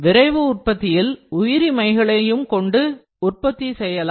விரைவு உற்பத்தியில் உயிரி மைகளையும் கொண்டு உற்பத்தி செய்யலாம்